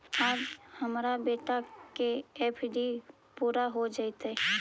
आज हमार बेटा के एफ.डी पूरा हो जयतई